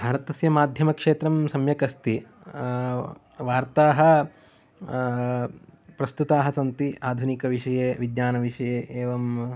भारतस्य माध्यमक्षेत्रं सम्यक् अस्ति वार्ताः प्रस्तुताः सन्ति आधुनिकविषये विज्ञानविषये एवम्